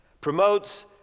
promotes